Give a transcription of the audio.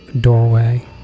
Doorway